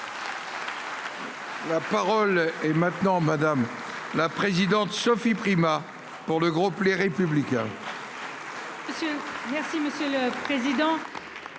La parole est maintenant madame. La présidente Sophie Primas. Pour le groupe Les Républicains.